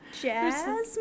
Jasmine